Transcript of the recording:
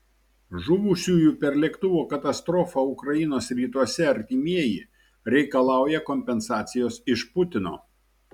žuvusiųjų per lėktuvo katastrofą ukrainos rytuose artimieji reikalauja kompensacijos iš putino